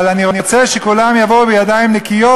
אבל אני רוצה שכולם יבואו בידיים נקיות,